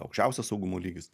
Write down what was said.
aukščiausio saugumo lygis